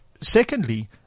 secondly